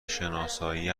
شناسایی